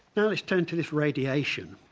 now let's turn to this radiation.